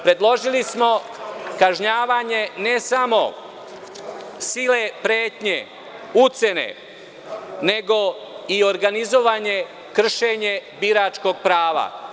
Predložili smo kažnjavanje ne samo sile, pretnje, ucene, nego i organizovanje, kršenje biračkog prava.